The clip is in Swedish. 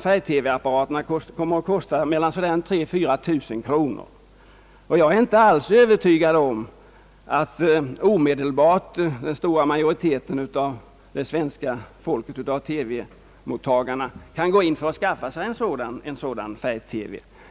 färg-TV-apparat kommer att kosta mellan 3000 och 4000 kronor, och jag är inte alls övertygad om att den stora majoriteten TV-tittare omedelbart kan skaffa sig en sådan.